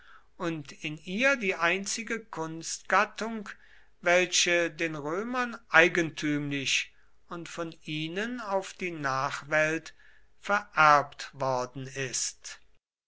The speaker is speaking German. und in ihr die einzige kunstgattung welche den römern eigentümlich und von ihnen auf die nachwelt vererbt worden ist